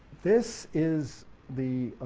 this is the